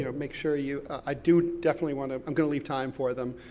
you know make sure you, i do definitely want to, i'm going to leave time for them.